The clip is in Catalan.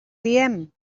diem